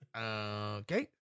Okay